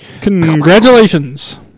Congratulations